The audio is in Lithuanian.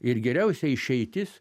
ir geriausia išeitis